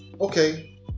okay